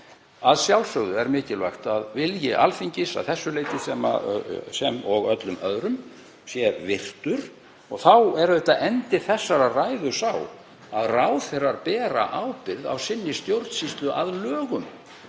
Að sjálfsögðu er mikilvægt að vilji Alþingis að þessu leyti sem og öllu öðru sé virtur. Þá er auðvitað endi þessarar ræðu sá að ráðherrar bera ábyrgð á sinni stjórnsýslu að lögum.